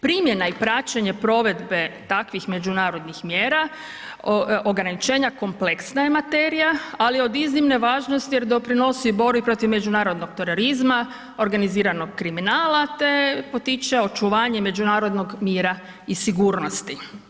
Primjena i praćenje provedbe takvih međunarodnih mjera ograničenja kompleksna je materija, ali od iznimne važnosti jer doprinosi borbi protiv međunarodnog terorizma, organiziranog kriminala te potiče očuvanje međunarodnog mira i sigurnosti.